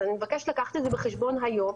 אז אני מבקשת לקחת את זה בחשבון היום.